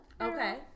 Okay